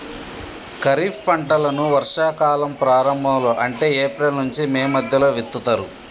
ఖరీఫ్ పంటలను వర్షా కాలం ప్రారంభం లో అంటే ఏప్రిల్ నుంచి మే మధ్యలో విత్తుతరు